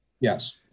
Yes